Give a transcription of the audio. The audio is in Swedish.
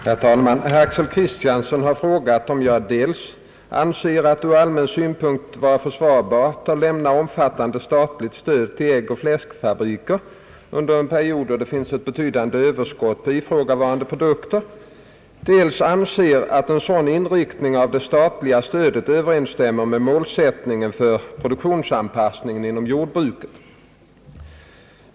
Herr talman! Herr Axel Kristiansson har frågat mig om jag dels anser det ur allmän synpunkt vara försvarbart att lämna omfattande statligt stöd till äggoch fläskfabriker under en period då det finns ett betydande överskott på ifrågavarande produkter, dels anser att en sådan inriktning av det statliga stödet överensstämmer med målsättningen för produktionsanpassning inom jordbruket.